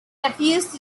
refused